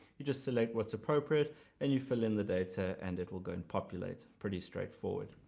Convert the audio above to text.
you just select what's appropriate and you fill in the data and it will go and populate. pretty straightforward.